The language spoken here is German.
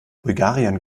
bulgarien